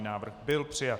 Návrh byl přijat.